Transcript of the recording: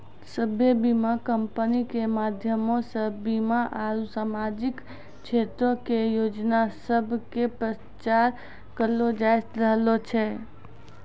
सभ्भे बीमा कंपनी के माध्यमो से बीमा आरु समाजिक क्षेत्रो के योजना सभ के प्रचार करलो जाय रहलो छै